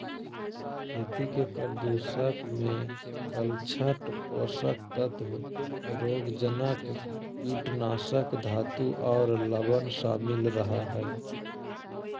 खेती के प्रदूषक मे तलछट, पोषक तत्व, रोगजनक, कीटनाशक, धातु आर लवण शामिल रह हई